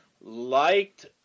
liked